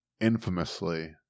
infamously